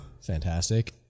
fantastic